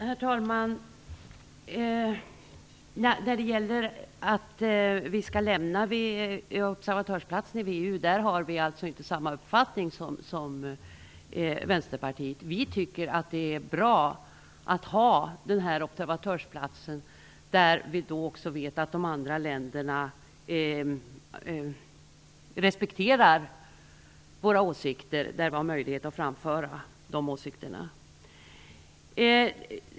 Herr talman! När det gäller att lämna observatörsplatsen i VEU har vi inte samma uppfattning som Vänsterpartiet. Vi tycker att det är bra att ha den observatörsplatsen. Vi vet också att de andra länderna respekterar de åsikter som vi i och med observatörskapet har möjlighet att framföra.